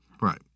right